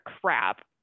crap